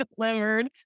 delivered